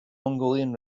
mongolian